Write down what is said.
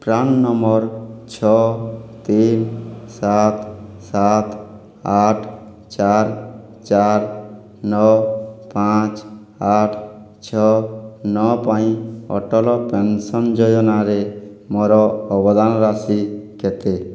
PRAN number ଛଅ ତିନ ସାତ ସାତ ଆଠ ଚାର ଚାର ନଅ ପାଞ୍ଚ ଆଠ ଛଅ ନଅ ପାଇଁ ଅଟଳ ପେନ୍ସନ୍ ଯୋଜନାରେ ମୋର ଅବଦାନ ରାଶି କେତେ